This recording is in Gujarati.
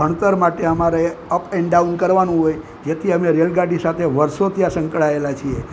ભણતર માટે આપ એન્ડ ડાઉન કરવાનું હોય જેથી અમે રેલગાડી સાથે વર્ષોથી આ સંકળાયેલા છીએ